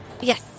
Yes